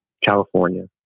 California